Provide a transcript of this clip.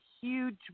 huge